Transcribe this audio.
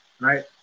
right